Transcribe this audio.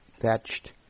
thatched